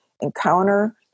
encounter